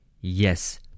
Yes